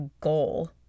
goal